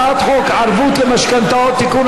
הצעת חוק ערבות למשכנתאות (תיקון,